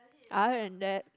other than that